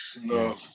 No